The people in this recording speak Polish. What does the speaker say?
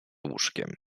łóżkiem